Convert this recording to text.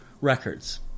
records